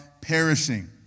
perishing